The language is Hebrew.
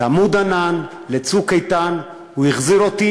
ל"עמוד ענן" ול"צוק איתן"; הוא החזיר אותי